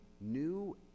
new